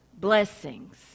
blessings